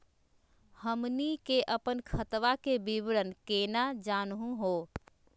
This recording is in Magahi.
हमनी के अपन खतवा के विवरण केना जानहु हो?